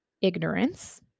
ignorance